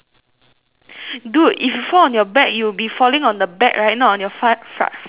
dude if you fall on your back you'll be falling on the back right not on your front front front right